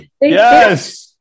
Yes